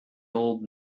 old